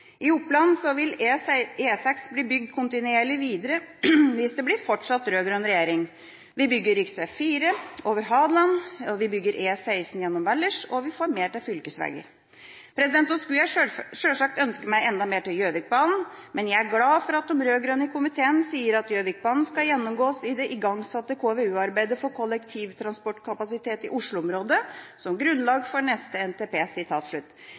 I Oppland vil E6 bli bygd kontinuerlig videre hvis det fortsatt blir rød-grønn regjering. Vi bygger rv. 4 over Hadeland, og vi bygger E16 gjennom Valdres – og vi får mer til fylkesveger. Så kunne jeg sjølsagt ønsket meg enda mer til Gjøvikbanen, men jeg er glad for at de rød-grønne i komiteen sier at Gjøvikbanen skal gjennomgås «i det igangsatte KVU-arbeidet for kollektiv transportkapasitet i Oslo-området som grunnlag for neste NTP».